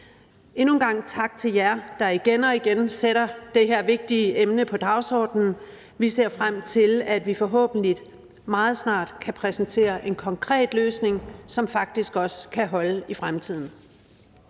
Endnu en gang tak til jer, der igen og igen sætter det her vigtige emne på dagsordenen. Vi ser frem til, at vi forhåbentlig meget snart kan præsentere en konkret løsning, som faktisk også kan holde i fremtiden.